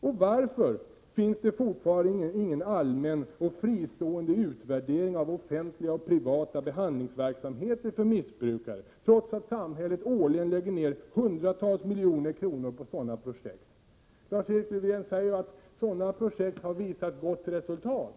Och varför finns det fortfarande ingen allmän och fristående utvärdering av offentliga och privata behandlingsverksamheter för missbrukare, trots att samhället årligen lägger ned hundratals miljoner kronor på sådana projekt?